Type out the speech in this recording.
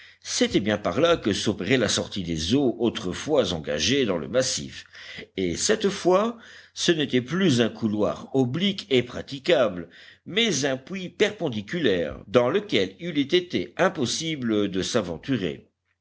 c'était bien par là que s'opérait la sortie des eaux autrefois engagées dans le massif et cette fois ce n'était plus un couloir oblique et praticable mais un puits perpendiculaire dans lequel il eût été impossible de s'aventurer